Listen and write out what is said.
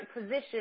position